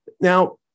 Now